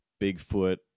Bigfoot